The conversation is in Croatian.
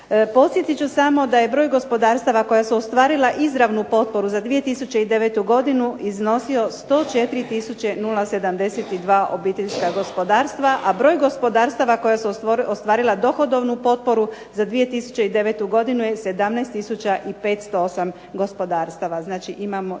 Podsjetit ću samo da je broj gospodarstava koja su ostvarila izravnu potporu za 2009. godinu iznosio 104 tisuće 072 obiteljska gospodarstva, a broj gospodarstava koja su ostvarila dohodovnu potporu za 2009. godinu je 17 tisuća i 508 gospodarstava.